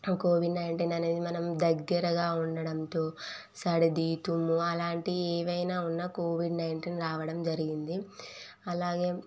Covid nineteen అనేది మనం దగ్గరగా ఉండడంతో సర్ది తుమ్ము అలాంటి ఏవైనా ఉన్న కోవిడ్ నైంటీన్ రావడం జరిగింది అలాగే